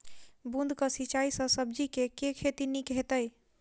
बूंद कऽ सिंचाई सँ सब्जी केँ के खेती नीक हेतइ?